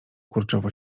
kurczowo